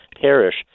perish